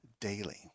daily